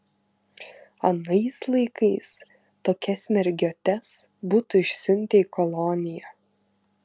anais laikais tokias mergiotes būtų išsiuntę į koloniją